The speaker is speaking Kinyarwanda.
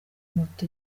moto